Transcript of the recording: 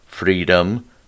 freedom